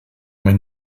mich